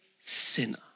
sinner